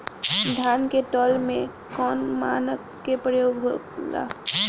धान के तौल में कवन मानक के प्रयोग हो ला?